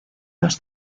los